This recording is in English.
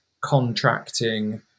contracting